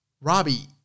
Robbie